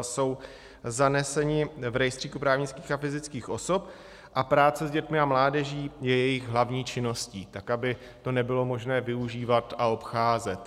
jsou zaneseny v rejstříku právnických a fyzických osob, a práce s dětmi a mládeží je jejich hlavní činností, tak aby to nebylo možné využívat a obcházet.